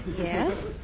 Yes